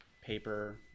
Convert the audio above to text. paper